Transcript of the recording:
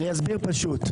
אני אסביר פשוט.